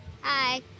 Hi